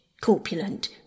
corpulent